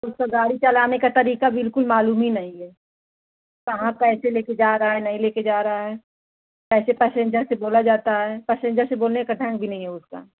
उसको गाड़ी चलाने का तरीक़ा बिल्कुल मालूम ही नहीं है कहाँ कैसे ले के जा रहा है नहीं ले कर जा रहा है कैसे पैसेंजर से बोला जाता है पसेंजर से बोलने का ढंग भी नहीं है उसको